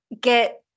get